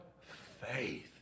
faith